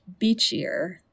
Beachier